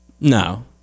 No